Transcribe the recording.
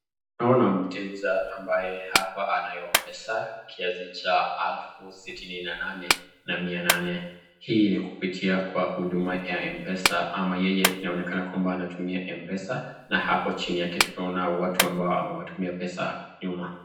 Naona mteja hapa akona pesa kiazi ya elfu sitini na nane na mia nane hii ni kupitia kwa huduma ya mpesa ama yeye inaonekana kamba anatumia mpesa na hapo chini yake tunaona watu ambao amewatumia pesa nyuma.